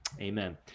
Amen